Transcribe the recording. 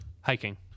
Hiking